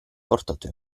portato